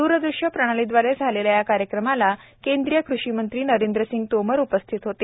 द्रर दृश्य प्रणाली द्वारे झालेल्या या कार्यक्रमाला केंद्रीय कृषिमंत्री नरेंद्र सिंग तोमर हेही उपस्थित होते